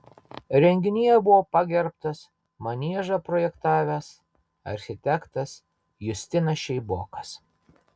renginyje buvo pagerbtas maniežą projektavęs architektas justinas šeibokas